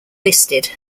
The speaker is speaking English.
listed